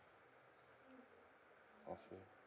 okay